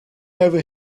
over